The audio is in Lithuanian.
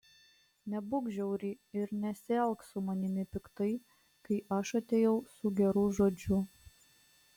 nebūk žiauri ir nesielk su manimi piktai kai aš atėjau su geru žodžiu